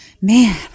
man